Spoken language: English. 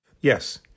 yes